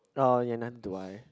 orh you're none do I